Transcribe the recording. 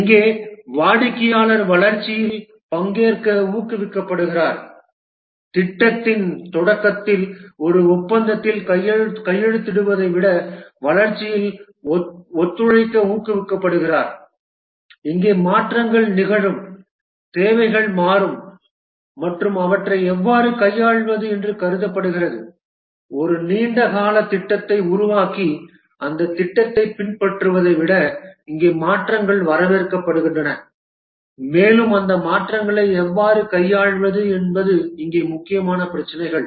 இங்கே வாடிக்கையாளர் வளர்ச்சியில் பங்கேற்க ஊக்குவிக்கப்படுகிறார் திட்டத்தின் தொடக்கத்தில் ஒரு ஒப்பந்தத்தில் கையெழுத்திடுவதை விட வளர்ச்சியில் ஒத்துழைக்க ஊக்குவிக்கப்படுகிறார் இங்கே மாற்றங்கள் நிகழும் தேவைகள் மாறும் மற்றும் அவற்றை எவ்வாறு கையாள்வது என்று கருதப்படுகிறது ஒரு நீண்ட கால திட்டத்தை உருவாக்கி அந்தத் திட்டத்தைப் பின்பற்றுவதை விட இங்கே மாற்றங்கள் வரவேற்கப்படுகின்றன மேலும் அந்த மாற்றங்களை எவ்வாறு கையாள்வது என்பது இங்கே முக்கியமான பிரச்சினைகள்